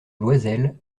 loisel